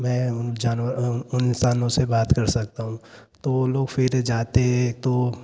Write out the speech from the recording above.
मैं उन जानवर उन इंसानों से बात कर सकता हूँ तो ओ लोग फ़िर जाते हैं तो